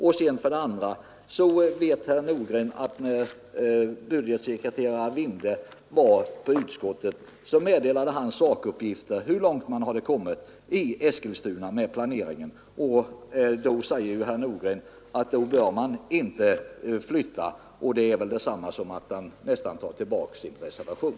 Vidare vet herr Nordgren, att när budgetsekreterare Vinde var hos oss i utskottet meddelade han hur långt man hade kommit med planeringen i Eskilstuna, och herr Nordgren säger nu att då bör man inte flytta. Men det är väl nästan detsamma som att herr Nordgren tar tillbaka sin reservation.